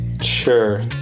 Sure